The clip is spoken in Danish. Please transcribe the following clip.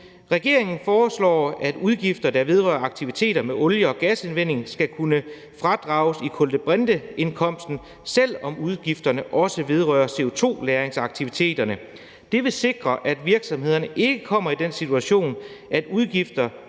Regeringen foreslår, at udgifter, der vedrører aktiviteter med olie- og gasindvinding, skal kunne fradrages i kulbrinteindkomsten, selv om udgifterne også vedrører CO2-lagringsaktiviteterne. Det vil sikre, at virksomhederne ikke kommer i den situation, at udgifter,